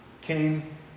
came